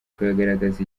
kuyagaragaza